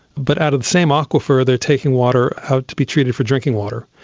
but out of the same aquifer they are taking water out to be treated for drinking water.